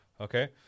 Okay